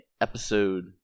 episode